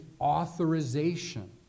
authorization